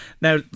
Now